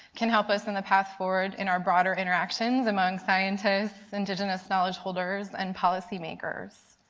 can help us in the path forward in our broader interactions among scientists, indigenous knowledge holders and policymakers.